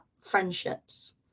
friendships